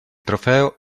trofeo